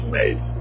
made